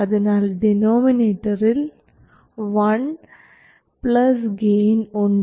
അതിനാൽ ഡിനോമിനേറ്ററിൽ one plus gain ഉണ്ട്